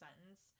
sentence